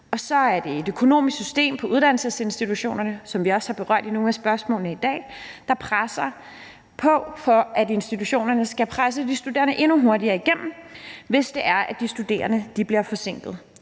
Der er et økonomisk system på uddannelsesinstitutionerne, som vi også har berørt i nogle af spørgsmålene i dag, der presser på, for at institutionerne skal presse de studerende endnu hurtigere igennem, hvis det er, de studerende bliver forsinket;